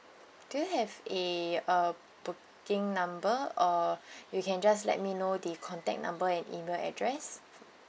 do you have a a booking number or you can just let me know the contact number and email address